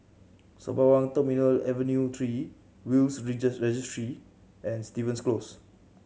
Sembawang Terminal Avenue Three Will's Registry and Stevens Close